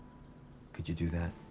could you do that?